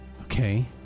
okay